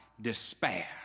despair